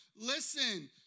Listen